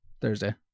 Thursday